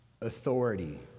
authority